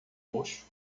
roxo